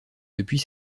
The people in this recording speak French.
depuis